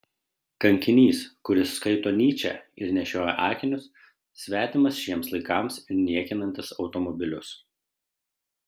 kankinys kuris skaito nyčę ir nešioja akinius svetimas šiems laikams ir niekinantis automobilius